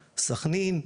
סכנין,